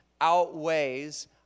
outweighs